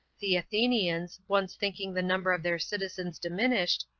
the athenians, once thinking the number of their citizens diminished,